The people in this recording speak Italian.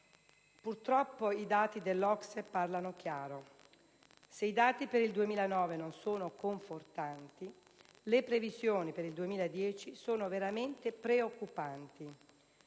Purtroppo, i dati dell'OCSE parlano chiaro. Infatti, se i dati per il 2009 non sono confortanti, le previsioni per il 2010 sono veramente preoccupanti: